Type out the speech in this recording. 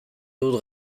dut